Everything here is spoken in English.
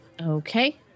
Okay